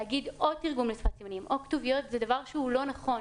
להגיד או תרגום לשפת סימנים או כתוביות זה דבר שהוא לנכון.